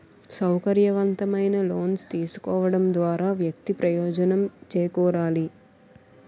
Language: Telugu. సౌకర్యవంతమైన లోన్స్ తీసుకోవడం ద్వారా వ్యక్తి ప్రయోజనం చేకూరాలి